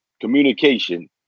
communication